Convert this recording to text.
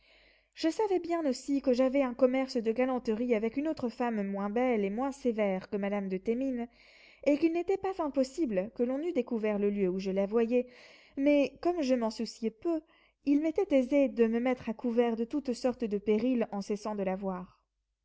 je savais bien aussi que j'avais un commerce de galanterie avec une autre femme moins belle et moins sévère que madame de thémines et qu'il n'était pas impossible que l'on eût découvert le lieu où je la voyais mais comme je m'en souciais peu il m'était aisé de me mettre à couvert de toutes sortes de périls en cessant de la voir